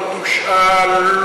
לא תושאל,